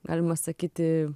galima sakyti